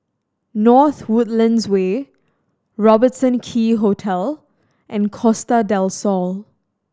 North Woodlands Way Robertson Quay Hotel and Costa Del Sol